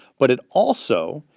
but it also,